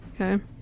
Okay